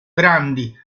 grandi